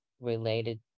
related